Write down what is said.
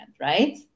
right